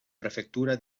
prefectura